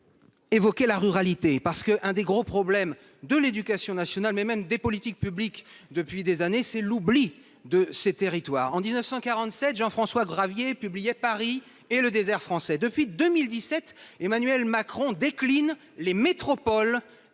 Évoquer la ruralité parce que un des gros problèmes de l'Éducation nationale, mais même des politiques publiques depuis des années, c'est l'oubli de ses territoires en 19 47, Jean-François Gravier publié Paris et le désert français depuis 2017. Emmanuel Macron décline les métropoles